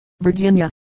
Virginia